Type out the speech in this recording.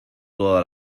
toda